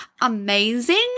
Amazing